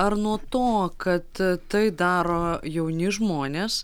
ar nuo to kad tai daro jauni žmonės